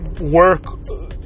work